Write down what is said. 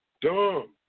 Dumb